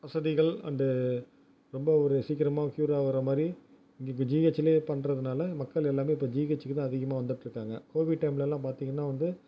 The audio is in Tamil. வசதிகள் அந்த ரொம்ப ஒரு சீக்கிரமாக கியூர் ஆகிற மாதிரி இங்கே இந்த ஜீஹெச்சில் பண்றதுனால் மக்கள் எல்லாமே இப்போது ஜீஹெச்சுக்கு தான் அதிகமாக வந்துட்டு இருக்காங்க கோவிட் டைமிலலாம் பார்த்திங்கன்னா வந்து